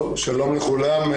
שלום לכולם,